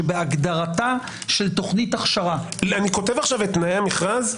שבהגדרתה של תוכנית הכשרה- -- אני כותב עכשיו את תנאי המכרז?